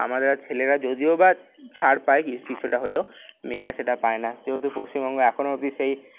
আমারা ছেলেরা যদিও বা ছাড় পাই কিছুটা হলেও মেয়েরা সেটা পায় না যেহেতু পশ্চিমবঙ্গে এখনও অব্দি সেই